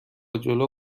جلو